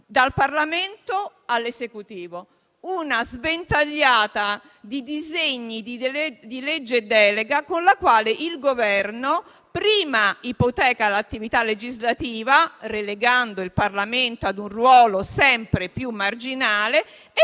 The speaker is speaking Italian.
dal Parlamento all'Esecutivo: una sventagliata di disegni di legge di delega con la quale il Governo prima ipoteca l'attività legislativa, relegando il Parlamento a un ruolo sempre più marginale, e